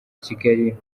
kigali